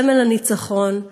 סמל הניצחון,